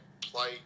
play